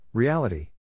Reality